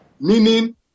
Meaning